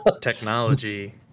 Technology